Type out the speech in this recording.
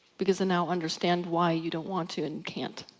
because i now understand why you don't want to and can't.